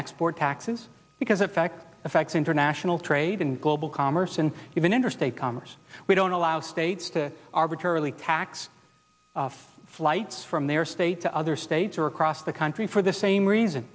export taxes because effect affects international trade and global commerce and even interstate commerce we don't allow states to arbitrarily tax flights from their state to other states or across the country for the same reason